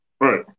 Right